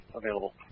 available